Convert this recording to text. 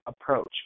approach